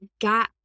got